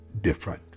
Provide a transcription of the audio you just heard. different